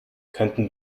könnten